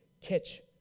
catch